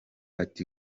ati